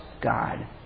God